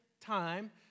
time